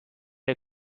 der